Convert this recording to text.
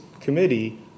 committee